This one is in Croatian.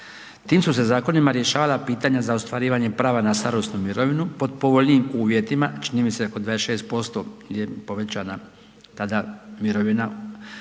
tim su se zakonima rješavala pitanja za ostvarivanje prava na starosnu mirovinu pod povoljnijim uvjetima, čini mi se oko 26% je povećana tada mirovina radnicima